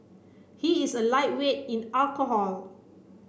he is a lightweight in alcohol